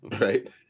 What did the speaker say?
Right